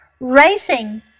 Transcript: Racing